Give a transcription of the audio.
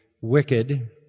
wicked